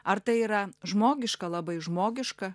ar tai yra žmogiška labai žmogiška